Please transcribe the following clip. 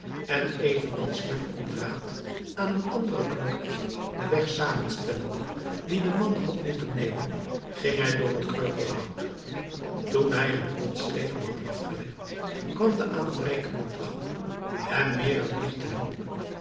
en evenals men een draad aan een anderen knoopt den weg samenstellende dien de man had moeten nemen ging hij door het kreupelhout toen hij een honderd schreden had afgelegd kwam de aanbrekende dag hem meer en meer te hulp